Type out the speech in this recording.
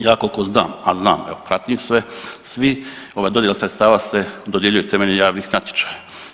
Ja koliko znam, a znam jer pratim sve, svi ovaj dodjela sredstva se dodjeljuje temeljem javnih natječaja.